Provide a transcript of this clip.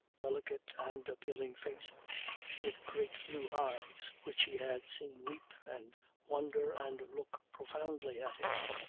delicate and appealing face with great blue eyes which he had seen weep and wonder and look profoundly at him,